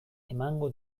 emango